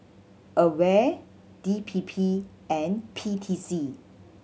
AWARE D P P and P T C